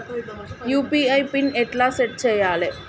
UPI pin ఎట్లా set చేయాలే?